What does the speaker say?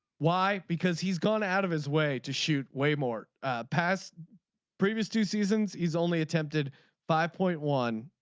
why. because he's gone out of his way to shoot way more past previous two seasons. he's only attempted five point one.